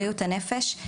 בריאות הנפש,